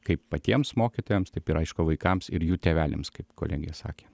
kaip patiems mokytojams taip ir aišku vaikams ir jų tėveliams kaip kolegė sakė